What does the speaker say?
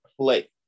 play